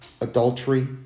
adultery